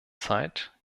zeit